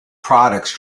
products